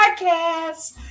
podcast